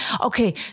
Okay